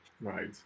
Right